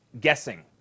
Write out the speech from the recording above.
guessing